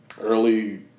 early